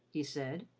he said.